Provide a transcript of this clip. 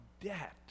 debt